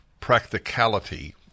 practicality